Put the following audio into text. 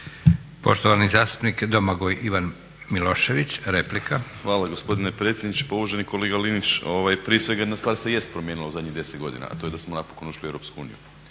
Poštovani zastupnik Domagoj Ivan Milošević, replika. **Milošević, Domagoj Ivan (HDZ)** Hvala gospodine predsjedniče. Pa uvaženi kolega Linić, prije svega jedna stvar se jest promijenila u zadnjih 10 godina, a to je da smo napokon ušli u Europsku uniju